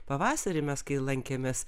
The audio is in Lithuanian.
pavasarį mes kai lankėmės